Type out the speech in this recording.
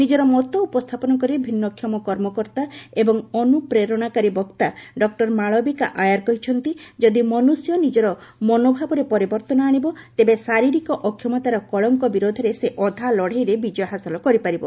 ନିଜର ମତ ଉପସ୍ଥାପନ କରି ଭିନ୍ନକ୍ଷମ କର୍ମକର୍ତ୍ତା ଏବଂ ଅନୁପ୍ରେରଣାକାରୀ ବକ୍ତା ଡକ୍ଟର ମାଳବିକା ଆୟାର କହିଛନ୍ତି ଯଦି ମନୁଷ୍ୟ ନିଜର ମନୋଭାବରେ ପରିବର୍ତ୍ତନ ଆଶିବ ତେବେ ଶାରୀରିକ ଅକ୍ଷମତାର କଳଙ୍କ ବିରୋଧରେ ସେ ଅଧା ଲଡ଼େଇରେ ବିଜୟ ହାସଲ କରିପାରିବ